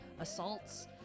assaults